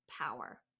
power